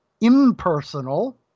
impersonal